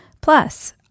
Plus